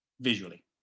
visually